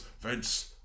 Vince